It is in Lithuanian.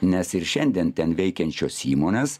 nes ir šiandien ten veikiančios įmonės